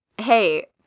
hey